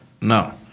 no